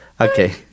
Okay